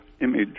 image